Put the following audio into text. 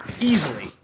easily